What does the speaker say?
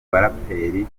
baraperi